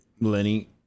Lenny